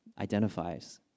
identifies